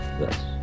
Yes